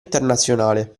internazionale